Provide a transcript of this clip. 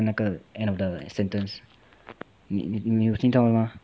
那个 end of of the sentence 你你你有听到吗